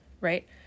Right